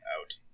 out